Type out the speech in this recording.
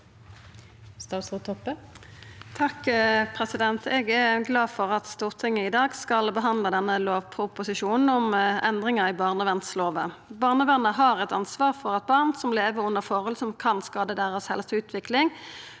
Statsråd Kjersti Toppe Eg er glad for at Stortinget i dag skal behandla denne lovproposisjonen om endringar i barnevernslova. Barnevernet har eit ansvar for at barn som lever under forhold som kan skada helsa og utviklinga